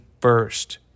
first